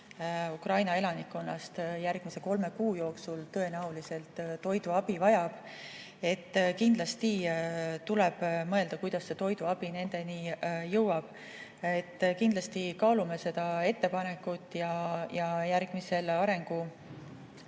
Ukraina elanikkonnast järgmise kolme kuu jooksul tõenäoliselt vajab toiduabi, ja kindlasti tuleb mõelda, kuidas see toiduabi nendeni jõuab. Kindlasti me kaalume seda ettepanekut ja järgmisel arenguabi